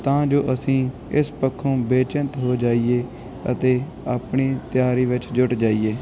ਤਾਂ ਜੋ ਅਸੀਂ ਇਸ ਪੱਖੋਂ ਬੇਚਿੰਤ ਹੋ ਜਾਈਏ ਅਤੇ ਆਪਣੀ ਤਿਆਰੀ ਵਿੱਚ ਜੁੜ ਜਾਈਏ